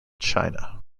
china